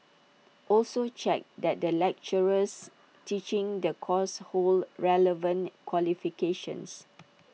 also check that the lecturers teaching the course hold relevant qualifications